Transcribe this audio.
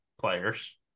players